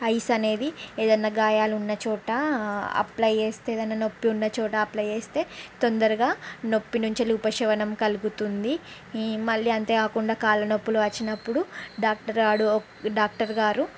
ice అనేది ఏదైనా గాయాలున్న చోట అప్లై చేస్తే ఏదైనా నొప్పి ఉన్న చోట అప్లై చేస్తే తొందరగా నొప్పి నుంచి ఉపశమనం కలుగుతుంది ఈ మళ్ళీ అంతేకాకుండా కాళ్ళ నొప్పులు వచ్చినప్పుడు డాక్టర్ వాడు డాక్టర్ గారు